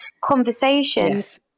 conversations